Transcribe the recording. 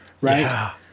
right